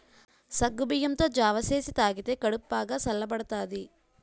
సగ్గుబియ్యంతో జావ సేసి తాగితే కడుపు బాగా సల్లబడతాది